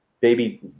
baby